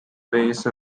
base